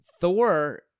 Thor